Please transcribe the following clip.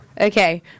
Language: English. Okay